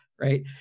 right